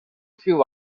fio